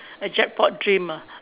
a jackpot dream ah